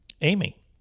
Amy